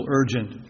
urgent